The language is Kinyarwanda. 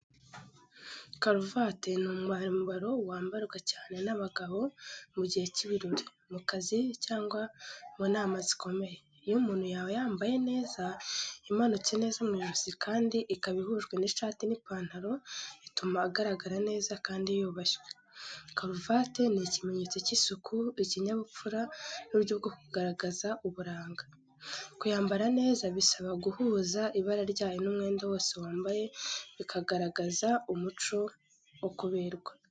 Karuvate ni umwambaro wambarwa cyane n’abagabo mu gihe cy’ibirori, mu kazi cyangwa mu nama zikomeye. Iyo umuntu yayambaye neza, imanutse neza mu ijosi kandi ikaba ihujwe n’ishati n’ipantalo, ituma agaragara neza kandi yubashywe. Karuvate ni ikimenyetso cy’isuku, ikinyabupfura n’uburyo bwo kugaragaza uburanga. Kuyambara neza bisaba guhuza ibara ryayo n’umwenda wose wambaye, bikagaragaza umuco wo kuberwa.